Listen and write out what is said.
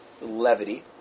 levity